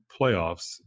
playoffs